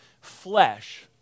flesh